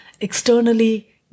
externally